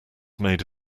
made